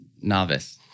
novice